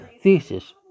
thesis